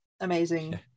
Amazing